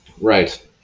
Right